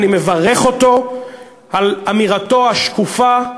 אני מברך אותו על אמירתו השקופה,